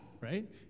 right